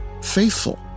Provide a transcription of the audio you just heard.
Faithful